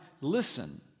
listen